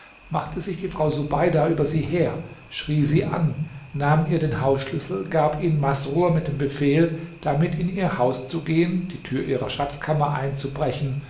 machte sich die frau subeida über sie her schrie sie an nahm ihr den hausschlüssel gab ihn masrur mit dem befehl damit in ihr haus zu gehen die tür ihrer schatzkammer einzubrechen